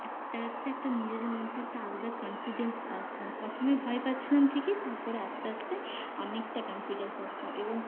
একটা হচ্ছে একটা নিজেদের মধ্যে একটা আলাদা কনফিডেন্স আসলো প্রথমে ভয় পাচ্ছিলাম ঠিকই তার পরে আস্তে আস্তে অনেকটা কনফিডেন্স আসলো এবং